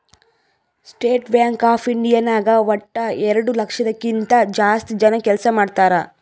state Bank of India ನಾಗ್ ವಟ್ಟ ಎರಡು ಲಕ್ಷದ್ ಕಿಂತಾ ಜಾಸ್ತಿ ಜನ ಕೆಲ್ಸಾ ಮಾಡ್ತಾರ್